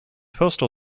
postal